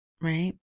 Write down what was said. right